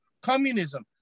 communism